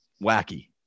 wacky